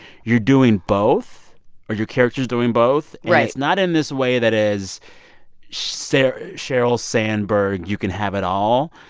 you're doing both or your character's doing both. right. and it's not in this way that is sheryl sheryl sandberg you can have it all.